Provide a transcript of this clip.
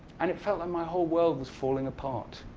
and it felt like my whole world was falling apart.